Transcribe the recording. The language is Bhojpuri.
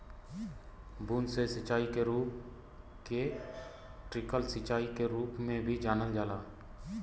बूंद से सिंचाई के ट्रिकल सिंचाई के रूप में भी जानल जाला